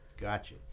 Gotcha